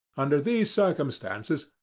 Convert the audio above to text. under these circumstances,